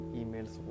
emails